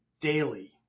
daily